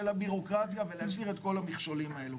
הבירוקרטיה ולהסיר את כל המכשולים האלה,